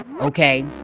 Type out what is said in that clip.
okay